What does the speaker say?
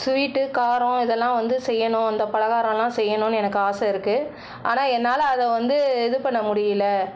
sweet காரம் இதெல்லாம் வந்து செய்யணும் அந்த பலகாரமெல்லாம் செய்யணும்னு எனக்கு ஆசை இருக்குது ஆனால் என்னால் அதை வந்து இது பண்ண முடியல